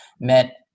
met –